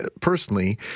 personally